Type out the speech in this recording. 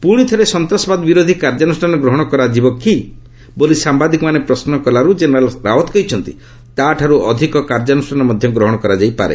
ପୁଣିଥରେ ସନ୍ତାସବାଦ ବିରୋଧୀ କାର୍ଯ୍ୟାନୁଷ୍ଠାନ ଗ୍ରହଣ କରାଯିବ କି ବୋଲି ସାମ୍ଭାଦିକମାନେ ପ୍ରଶ୍ମ କଲାରୁ ଜେନେରାଲ୍ ରାଓ୍ୱତ୍ କହିଛନ୍ତି ତାଠାରୁ ଅଧିକ କାର୍ଯ୍ୟାନୁଷାନ ମଧ୍ୟ ଗ୍ରହଣ କରାଯାଇପାରେ